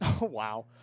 Wow